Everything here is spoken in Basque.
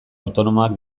autonomoak